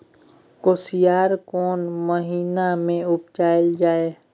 कोसयार कोन महिना मे उपजायल जाय?